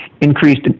increased